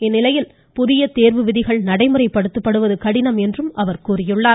இந்நிலையில் புதிய தேர்வு விதிகள் நடைமுறைப்படுத்துவது கடினம் என்றும் அவர் சுட்டிக்காட்டினார்